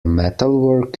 metalwork